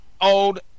old